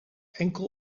enkel